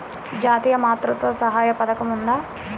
జాతీయ మాతృత్వ సహాయ పథకం ఉందా?